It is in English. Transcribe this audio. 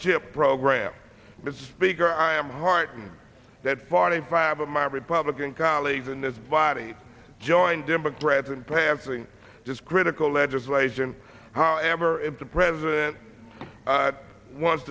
schip program it's bigger i am heartened that part of five of my republican colleagues in this body joined democrats in passing this critical legislation however if the president wants